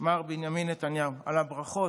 מר בנימין נתניהו, על הברכות,